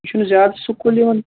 یہِ چھُنہٕ زیادٕ سکوٗل یِوان